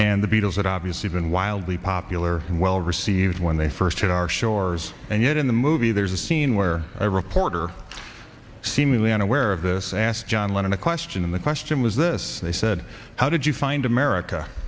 and the beatles that obviously been wildly popular and well received when they first hit our shores and yet in the movie there's a scene where a reporter seemingly unaware of this asked john lennon a question and the question was this they said how did you find america